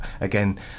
again